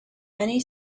many